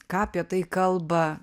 ką apie tai kalba